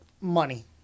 Money